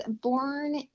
born